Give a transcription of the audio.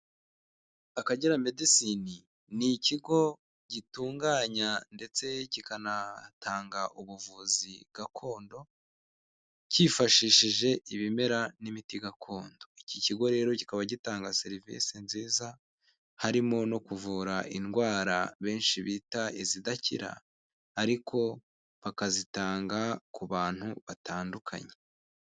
Akagera medicine ni ikigo gitunganya ndetse kikanatanga ubuvuzi gakondo, kifashishije ibimera n'imiti gakondo, iki kigo rero kikaba gitanga serivisi nziza harimo no kuvura indwara benshi bita izidakira, ariko bakazitanga ku bantu batandukanye.